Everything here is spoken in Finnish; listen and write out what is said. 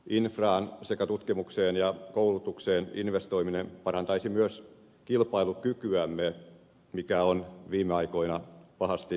infraan sekä tutkimukseen ja koulutukseen investoiminen parantaisi myös kilpailukykyämme joka on viime aikoina pahasti rapautunut